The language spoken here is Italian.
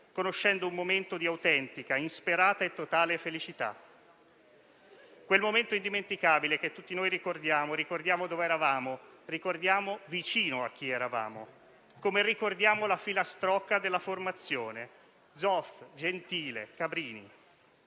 conoscendo un momento di autentica, insperata e totale felicità. Quel momento indimenticabile che tutti noi ricordiamo; ricordiamo dove eravamo, ricordiamo vicino a chi eravamo, come ricordiamo la filastrocca della formazione: «Zoff, Gentile, Cabrini